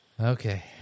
Okay